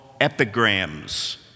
epigrams